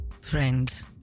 friends